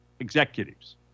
Executives